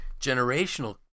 generational